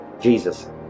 Jesus